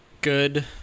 good